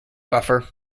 buffer